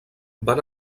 van